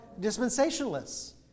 dispensationalists